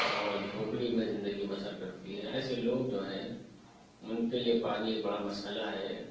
اور جھونپڑی میں زندگی بسر کرتی ہے ایسے لوگ جو ہیں اُن کے لیے پانی ایک بڑا مسئلہ ہے